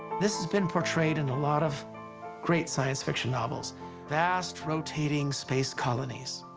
this has been portrayed in a lot of great science-fiction novels vast, rotating space colonies,